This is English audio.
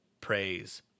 Praise